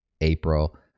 april